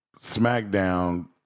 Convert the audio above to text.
SmackDown